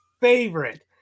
favorite